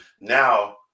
now